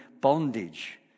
bondage